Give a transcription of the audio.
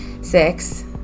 Six